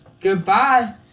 Goodbye